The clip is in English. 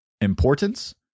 importance